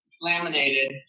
laminated